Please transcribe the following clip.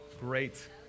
great